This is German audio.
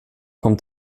kommt